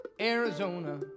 Arizona